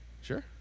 sure